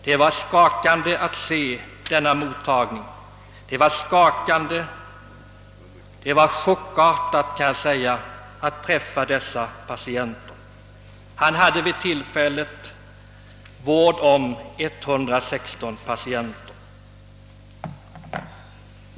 Det var skakande att se denna mottagning, det var en chock att träffa patienterna.